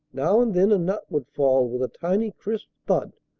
now and then a nut would fall with a tiny crisp thud,